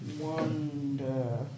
Wonder